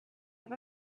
have